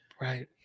right